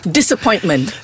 Disappointment